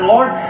Lord